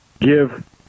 give